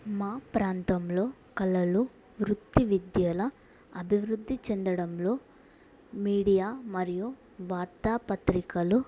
మా ప్రాంతంలో కళలు వృత్తి విద్యల అభివృద్ధి చెందడంలో మీడియా మరియు వార్తాపత్రికలు